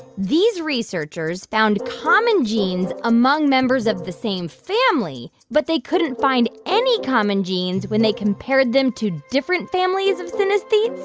these researchers found common genes among members of the same family, but they couldn't find any common genes when they compared them to different families of synesthetes?